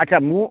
ଆଚ୍ଛା ମୁଁ